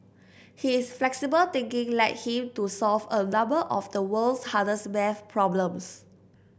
his flexible thinking led him to solve a number of the world's hardest math problems